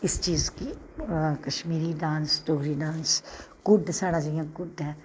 इस चीज गी कश्मीरी डांस डोगरी डांस कुड साढ़ा जि'यां कुड ऐ